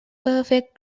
perfect